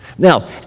Now